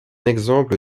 exemple